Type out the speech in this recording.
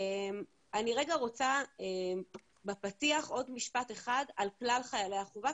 אני רגע רוצה בפתיח עוד משפט אחד על כלל חיילי החובה,